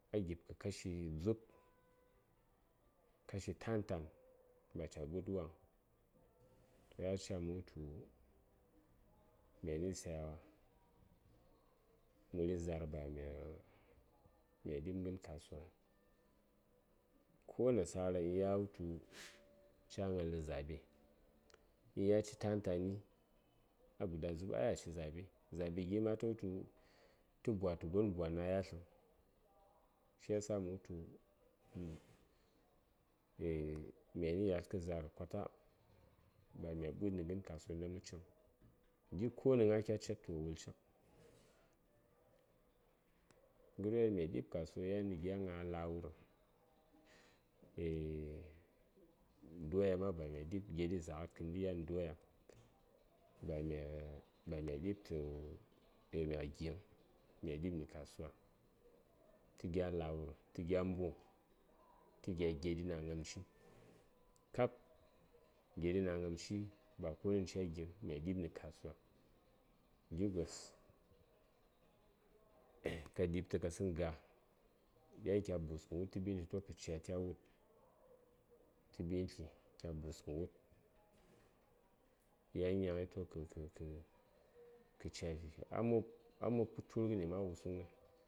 a gibkə kashi dzub kashi tan tan ba ca ɓə:d waŋ to yan a ca mə wutu myani sayawan məri za:r ba mya ɗi:ɓ ghən kasuwaŋ ko nasara inya wutu ca gnalni zaɓe inya ci tan tani a guda dzub ai a ci zaɓeyi zabe gi ma ta wutu tə bwatə gon bwa na: yatləŋ shiyasa mə wuutu myani yatl za:r kwata ba mya ɓə:dni kasuwa ghənda mə ciŋ gi ko nə gna kya cettə wo wul cik ghəryo ɗaŋ mya ɗi:b kasuwa yan nə gya gna lawur doya ma ba mya ɗi:b geɗi zaghat ghandi yan nə doya ba mya ba mya ɗib tə ba mya giyiŋ mya di:b ni kasuwa tə gya lawur tə gya mbugn tə gya geɗi na: gnamci kab gedi na: gnamci ba konu ghənda ca giŋ mya di:b ni kasuwa gi gos ka ɗi:b tə kasəŋ ga yan kya buskən wud tə ɓintli toh kə cati a wud tə ɓintli kya bus kən wud ya nyaŋyi toh kə kə kə ca vi a mob a mob kə turghəni ma wusuŋ ghən